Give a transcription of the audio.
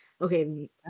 Okay